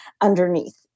underneath